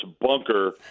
bunker